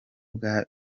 bwa